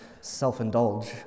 self-indulge